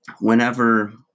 whenever